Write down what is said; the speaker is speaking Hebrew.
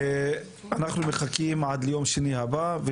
אנחנו מחכים עד יום שני הבא.